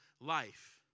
life